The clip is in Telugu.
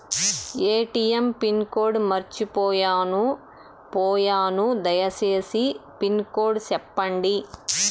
ఎ.టి.ఎం పిన్ కోడ్ మర్చిపోయాను పోయాను దయసేసి పిన్ కోడ్ సెప్పండి?